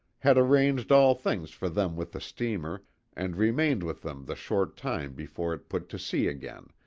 had arranged all things for them with the steamer and remained with them the short time before it put to sea again,